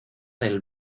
del